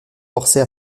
forcés